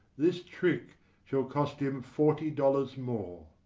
this trick shall cost him forty dollars more.